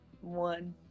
one